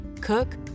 cook